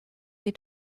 they